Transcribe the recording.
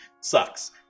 sucks